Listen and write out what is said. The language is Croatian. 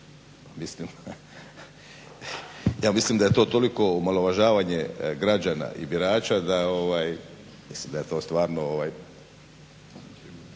mislim da je to toliko omalovažavanje građana i birača da mislim da je to stvarno